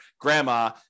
grandma